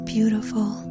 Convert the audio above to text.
beautiful